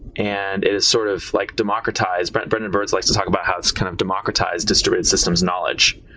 and it is sort of like democratized. but brendan burns likes to talk about how it's kind of democratize distribute systems knowledge,